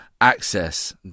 access